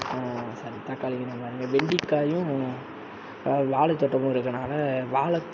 sorry தக்காளிங்கிறேன் பாருங்கள் வெண்டிக்காயும் வாழை தோட்டமும் இருக்கனால வாழை